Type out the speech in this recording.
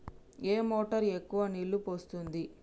ఏ motor ఎక్కువ నీళ్లు పోస్తుంది?